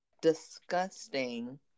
disgusting